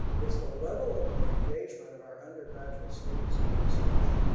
is the level of engagement of our undergraduate students in research.